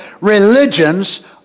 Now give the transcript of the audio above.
religions